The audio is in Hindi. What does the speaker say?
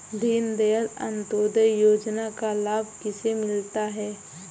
दीनदयाल अंत्योदय योजना का लाभ किसे मिलता है?